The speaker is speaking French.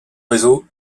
réseau